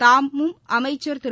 தாமும் அமைச்சர் திரு